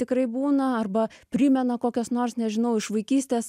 tikrai būna arba primena kokias nors nežinau iš vaikystės